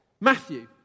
Matthew